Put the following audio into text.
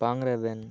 ᱵᱟᱝ ᱨᱮᱵᱮᱱ